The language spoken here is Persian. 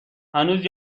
هنوز